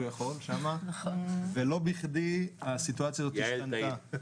יכול ולא בכדי הסיטואציה הזאת השתנתה כי